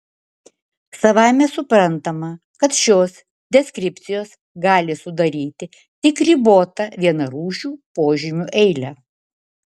savaime suprantama kad šios deskripcijos gali sudaryti tik ribotą vienarūšių požymių eilę